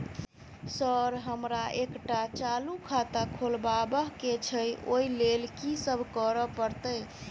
Sir हमरा एकटा चालू खाता खोलबाबह केँ छै ओई लेल की सब करऽ परतै?